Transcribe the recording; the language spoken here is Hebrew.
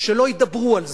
שלא ידברו על זה.